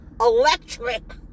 electric